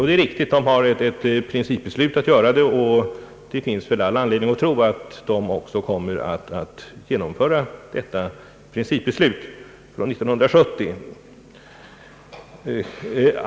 Det är riktigt att det finns principbeslut om detta och det finns väl all anledning att tro att de också kommer att genomföra det år 1970.